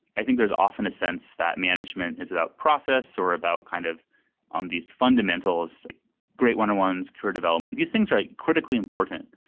i think there's often a sense that management is about process or about kind of on these fundamentals, like great one on ones, career development. these things are like critically important.